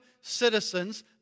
citizens